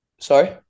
Sorry